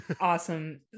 Awesome